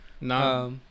No